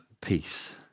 Peace